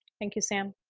thank you, sam.